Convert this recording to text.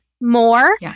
more